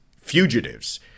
fugitives